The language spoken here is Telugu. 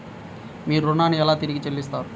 మీరు ఋణాన్ని ఎలా తిరిగి చెల్లిస్తారు?